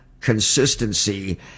consistency